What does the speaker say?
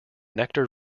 nectar